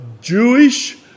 Jewish